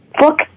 look